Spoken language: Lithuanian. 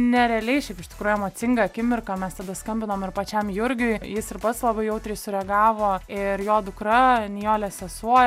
nerealiai šiaip iš tikrųjų emocinga akimirka mes tada skambinom ir pačiam jurgiui jis ir pats labai jautriai sureagavo ir jo dukra nijolės sesuo